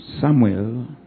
Samuel